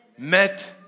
met